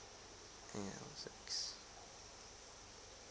A_L six